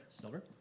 Silver